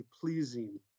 pleasing